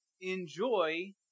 enjoy